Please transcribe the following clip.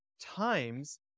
times